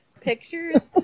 Pictures